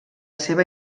seva